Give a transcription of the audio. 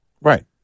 Right